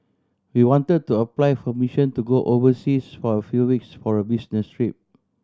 he wanted to apply for permission to go overseas for a few weeks for a business trip